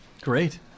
Great